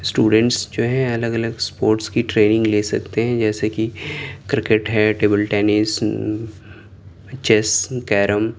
students جو ہیں الگ الگ اسپوٹس کی ٹریننگ لے سکتے ہیں جیسے کہ کرکٹ ہے ٹیبل ٹینس چیس کیرم